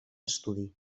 estudi